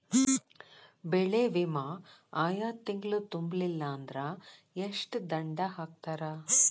ಬೆಳೆ ವಿಮಾ ಆಯಾ ತಿಂಗ್ಳು ತುಂಬಲಿಲ್ಲಾಂದ್ರ ಎಷ್ಟ ದಂಡಾ ಹಾಕ್ತಾರ?